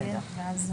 הצבעה לא אושרו.